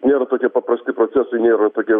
nėra tokie paprasti procesai nėra tokie